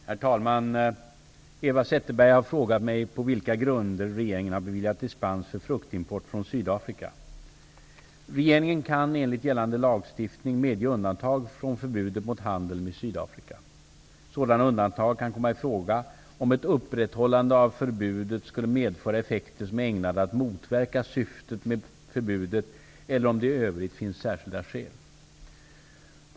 Herr talman! Eva Zetterberg har frågat mig på vilka grunder regeringen har beviljat dispens för fruktimport från Sydafrika. Regeringen kan enligt gällande lagstiftning medge undantag från förbudet mot handel med Sydafrika. Sådana undantag kan komma i fråga om ett upprätthållande av förbudet skulle medföra effekter som är ägnade att motverka syftet med förbudet eller om det i övrigt finns särskilda skäl.